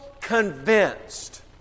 convinced